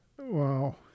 Wow